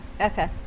Okay